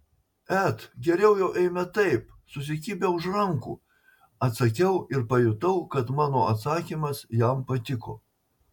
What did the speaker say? et geriau jau eime taip susikibę už rankų atsakiau ir pajutau kad mano atsakymas jam patiko